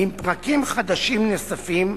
עם פרקים חדשים נוספים,